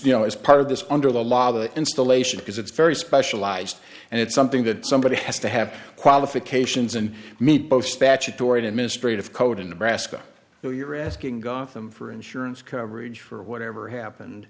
is part of this under the law the installation because it's very specialized and it's something that somebody has to have qualifications and meet both statutory administrative code in nebraska so you're asking got them for insurance coverage for whatever happened